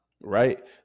right